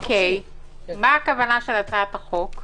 מה הכוונה של הצעת החוק?